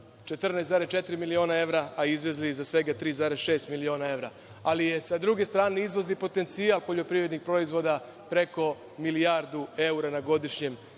14,4 miliona evra, a izvezli za svega 3,6 miliona evra, ali je sa druge strane izvozni potencijal poljoprivrednih proizvoda preko milijardu eura na godišnjem